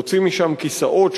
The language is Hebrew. הוציאו משם כיסאות,